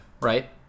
Right